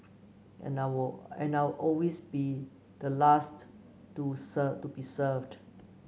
and I'll and I'll always be the last to to be served